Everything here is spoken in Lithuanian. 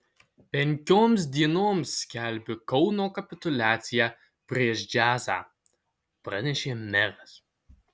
penkioms dienoms skelbiu kauno kapituliaciją prieš džiazą pranešė meras